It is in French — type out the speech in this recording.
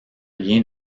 lien